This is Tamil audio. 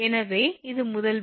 எனவே இது முதல் விஷயம்